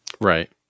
right